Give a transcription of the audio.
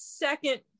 second